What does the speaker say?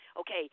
Okay